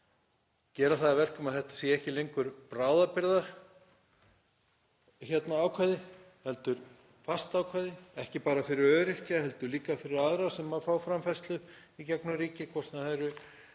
gera það að verkum að þetta sé ekki lengur bráðabirgðaákvæði heldur fast ákvæði, ekki bara fyrir öryrkja heldur líka fyrir aðra sem fá framfærslu í gegnum ríkið, hvort sem það er